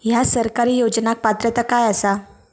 हया सरकारी योजनाक पात्रता काय आसा?